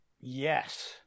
Yes